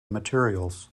materials